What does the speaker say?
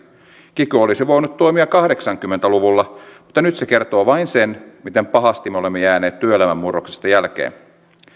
kiky olisi voinut toimia kahdeksankymmentä luvulla mutta nyt se kertoo vain sen miten pahasti me olemme jääneet työelämän murroksesta jälkeen